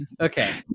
Okay